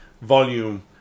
volume